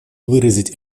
выразить